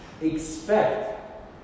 expect